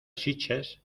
sitges